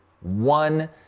one